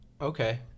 Okay